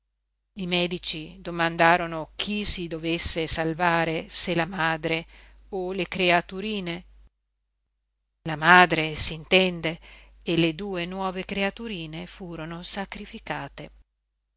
i medici domandarono chi dovesse salvare se la madre o le creaturine la madre s'intende e le due nuove creaturine furono sacrificate